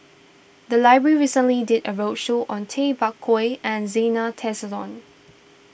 the library recently did a roadshow on Tay Bak Koi and Zena Tessensohn